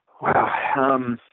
Wow